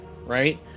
right